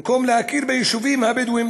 במקום להכיר ביישובים הבדואיים,